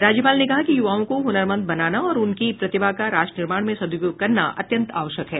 राज्यपाल ने कहा कि युवाओं को हुनरमंद बनाना और उनकी प्रतिभा का राष्ट्रनिर्माण में सद्रपयोग करना अत्यन्त आवश्यक है